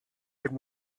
than